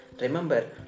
remember